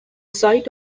site